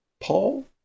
Paul